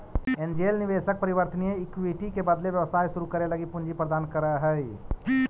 angel निवेशक परिवर्तनीय equity के बदले व्यवसाय शुरू करे लगी पूंजी प्रदान करऽ हइ